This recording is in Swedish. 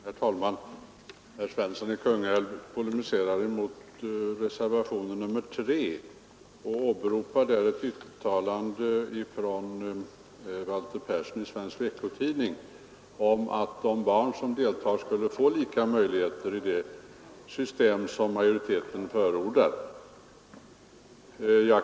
Herr talman! Herr Svensson i Kungälv polemiserar mot reservationen 3 och åberopar ett uttalande av Walter Persson i Svensk Veckotidning om att de barn som deltar skulle få lika möjligheter i det system som majoriteten förordar.